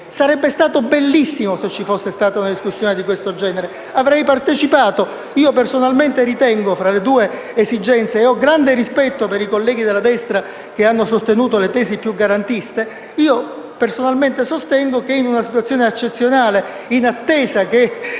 Sarebbe stato bellissimo se ci fosse stata una discussione di questo genere. Avrei partecipato. Personalmente, con grande rispetto per i colleghi della destra che hanno sostenuto le tesi più garantiste, tra le due esigenze sostengo che in una situazione eccezionale, in attesa che